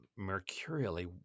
mercurially